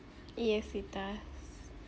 yes it does